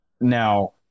Now